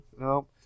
No